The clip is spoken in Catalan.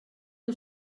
que